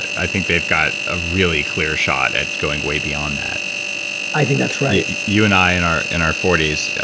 i think they've got a really clear shot of going way beyond that i think that's right you and i in our in our forty s,